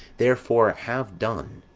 therefore have done.